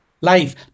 Life